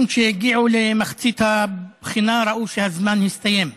שהגיעו למחצית הבחינה ראו שהזמן הסתיים.